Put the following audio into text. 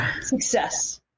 Success